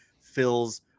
fills